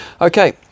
Okay